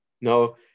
No